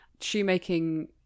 Shoemaking